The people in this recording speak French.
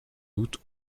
août